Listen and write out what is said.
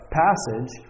passage